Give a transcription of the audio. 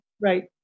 Right